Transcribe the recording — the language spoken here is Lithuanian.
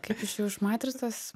kaip išėjau iš matricos